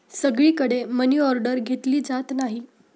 सगळीकडे मनीऑर्डर घेतली जात नाही